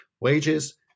wages